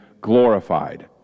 glorified